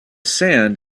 sand